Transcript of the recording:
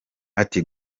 ati